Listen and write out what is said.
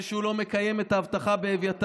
זה שהוא לא מקיים את ההבטחה באביתר.